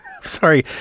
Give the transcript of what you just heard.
sorry